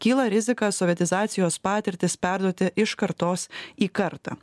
kyla rizika sovietizacijos patirtis perduoti iš kartos į kartą